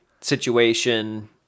situation